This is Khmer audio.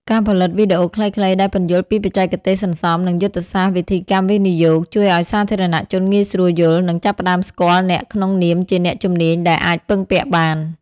ការផលិតវីដេអូខ្លីៗដែលពន្យល់ពីបច្ចេកទេសសន្សំ និងយុទ្ធសាស្ត្រវិវិធកម្មវិនិយោគ ជួយឱ្យសាធារណជនងាយស្រួលយល់ និងចាប់ផ្ដើមស្គាល់អ្នកក្នុងនាមជាអ្នកជំនាញដែលអាចពឹងពាក់បាន។